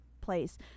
place